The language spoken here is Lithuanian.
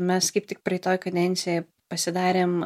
mes kaip tik praeitoj kadencijoj pasidarėm